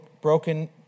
broken